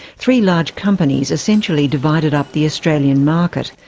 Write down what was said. three large companies essentially divided up the australian market.